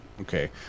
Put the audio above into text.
Okay